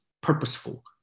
purposeful